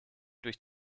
durch